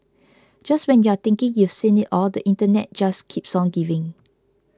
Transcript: just when you're thinking you've seen it all the Internet just keeps on giving